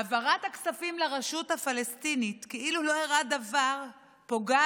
העברת הכספים לרשות הפלסטינית כאילו לא אירע דבר פוגעת